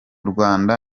rwanda